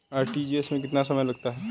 RTGS में कितना समय लगता है?